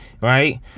right